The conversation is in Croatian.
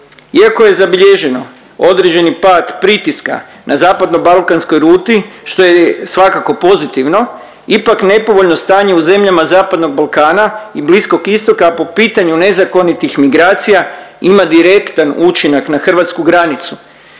Iako je zabilježeno određeni pad pritiska na zapadnobalkanskoj ruti, što je svakako pozitivno, ipak, nepovoljno stanje u zemljama zapadnog Balkana i Bliskog Istoka po pitanju nezakonitih migracija, ima direktan učinak na hrvatsku granicu.